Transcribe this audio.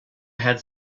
had